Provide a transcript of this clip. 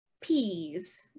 peas